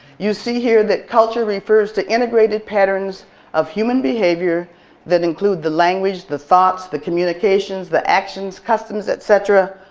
you see here that culture refers to integrated patterns of human behavior that include the language, the thoughts, the communications, the actions, customs, etc